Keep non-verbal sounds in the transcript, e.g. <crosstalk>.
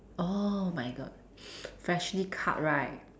oh my god <breath> freshly cut right